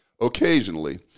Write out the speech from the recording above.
occasionally